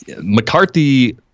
McCarthy